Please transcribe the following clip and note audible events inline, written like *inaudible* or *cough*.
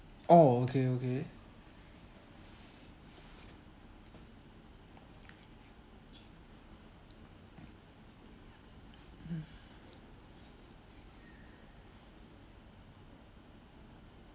oh okay okay mmhmm *breath*